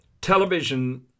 television